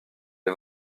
les